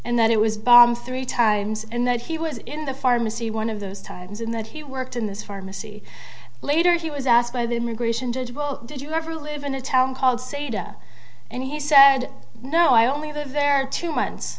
and that it was bombed three times and that he was in the pharmacy one of those times in that he worked in this pharmacy later he was asked by the immigration judge well did you ever live in a town called saida and he said no i only live there two months